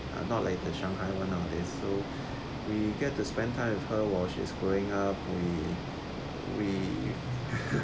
not like the shanghai one lah it's so we get to spend time with her while she is growing up we we